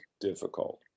difficult